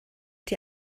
die